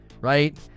right